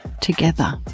together